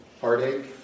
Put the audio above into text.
heartache